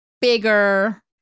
bigger